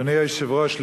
אדוני היושב-ראש,